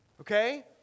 okay